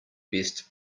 best